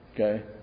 okay